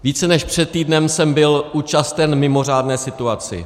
Více než před týdnem jsem byl účasten mimořádné situaci.